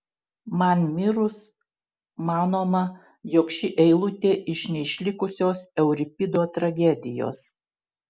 man mirus manoma jog ši eilutė iš neišlikusios euripido tragedijos